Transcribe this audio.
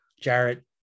Jarrett